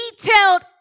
detailed